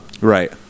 Right